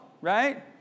right